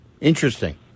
Interesting